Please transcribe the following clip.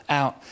out